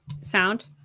sound